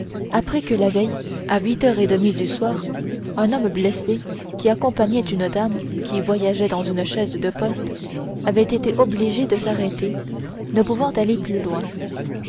appris que la veille à huit heures et demie du soir un homme blessé qui accompagnait une dame qui voyageait dans une chaise de poste avait été obligé de s'arrêter ne pouvant aller plus loin